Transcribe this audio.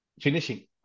finishing